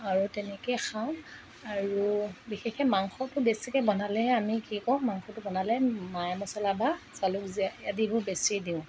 আৰু তেনেকৈ খাওঁ আৰু বিশেষকৈ মাংসটো বেছিকৈ বনালেহে আমি কি কওঁ মাংসটো বনালে মায়ে মছলা বা জালুক জ আদিবোৰ বেছি দিওঁ